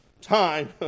time